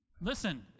Listen